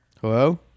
Hello